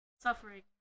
Suffering